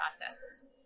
processes